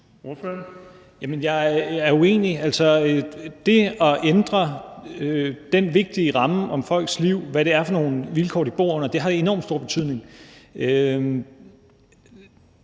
jeg er uenig i. Altså, det at ændre den vigtige ramme om folks liv, hvad det er for nogle vilkår, de bor under, har enormt stor betydning.